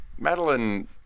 Madeline